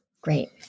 Great